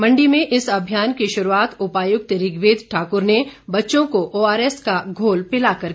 मण्डी में इस अभियान की शुरूआत उपायुक्त ऋग्वेद ठाकुर ने बच्चों को ओआरएस का घोल पिलाकर की